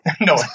No